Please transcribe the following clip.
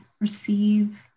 receive